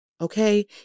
Okay